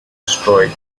destroyed